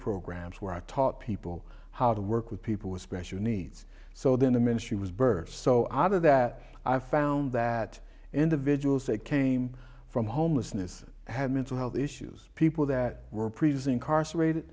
programs were at people how to work with people with special needs so then the ministry was birthed so out of that i found that individuals that came from homelessness had mental health issues people that were previously incarcerated